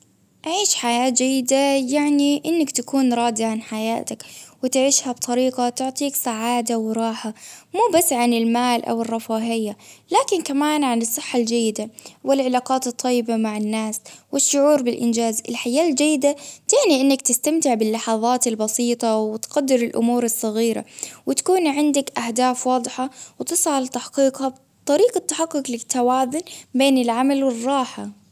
عيش حياة جيدة يعني إنك تكون راضي عن حياتك، وتعيشها بطريقة تعطيك سعادة وراحة، مو بس عن المال أو الرفاهية، لكن كمان عن الصحة الجيدة، والعلاقات الطيبة مع الناس، والشعور بالإنجاز، الحياة الجيدة يعني إنك تستمتع باللحظات البسيطة، وتقدر الأمور الصغيرة، وتكون عندك أهداف واضحة، وتسعي لتحقيقها طريقة تحقق لك التوازن بين العمل. والراحة